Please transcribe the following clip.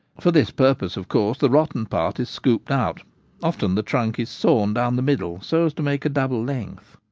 for this purpose, of course, the rotten part is scooped out often the trunk is sawn down the middle, so as to make a double length.